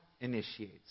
initiates